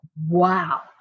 wow